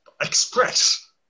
express